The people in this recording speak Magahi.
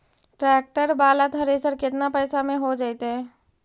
ट्रैक्टर बाला थरेसर केतना पैसा में हो जैतै?